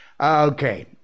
Okay